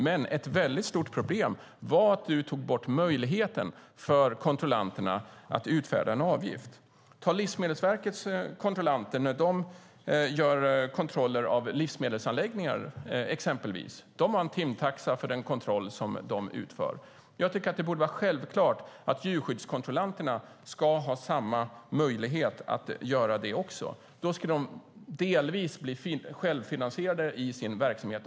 Men ett väldigt stort problem var att du tog bort möjligheten för kontrollanterna att ta ut en avgift. Ta Livsmedelsverkets kontrollanter när de gör kontroller av livsmedelsanläggningar, exempelvis! De har en timtaxa för den kontroll som de utför. Jag tycker att det borde vara självklart att djurskyddskontrollanterna ska ha samma möjlighet. Då skulle de delvis bli självfinansierade i sin verksamhet.